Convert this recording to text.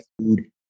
food